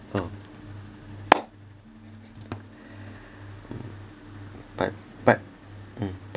oh part part mm part